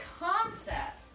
concept